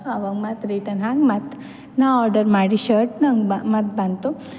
ಆವಾಗ ಮತ್ತು ರಿಟರ್ನ್ ಹಾಕಿ ಮತ್ತು ನಾ ಆರ್ಡರ್ ಮಾಡಿ ಶರ್ಟ್ ನಂಗೆ ಬ ಮತ್ತು ಬಂತು